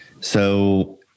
So-